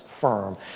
firm